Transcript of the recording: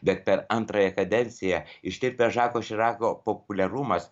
bet per antrąją kadenciją ištirpęs žako širako populiarumas